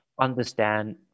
understand